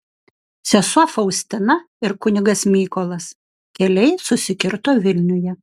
sesuo faustina ir kunigas mykolas keliai susikirto vilniuje